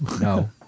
No